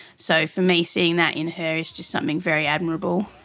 so for me seeing that in her is just something very admirable,